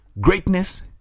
Greatness